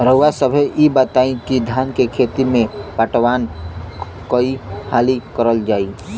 रउवा सभे इ बताईं की धान के खेती में पटवान कई हाली करल जाई?